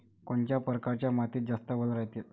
कोनच्या परकारच्या मातीत जास्त वल रायते?